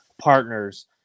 partners